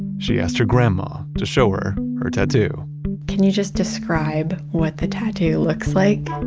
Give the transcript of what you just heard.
she asked her grandma to show her her tattoo can you just describe what the tattoo looks like?